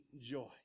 joy